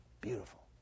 beautiful